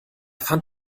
fand